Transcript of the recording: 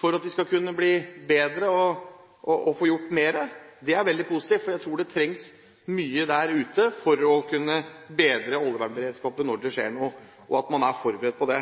for at de skal kunne bli bedre og man skal få gjort mer. Det er veldig positivt, for jeg tror det trengs mye der ute for å kunne ha bedre oljevernberedskap når det skjer noe, og at man er forberedt på det.